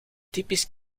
typisch